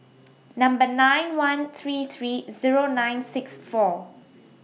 nine one three three Zero nine six four